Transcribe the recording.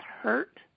hurt